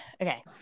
okay